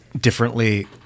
differently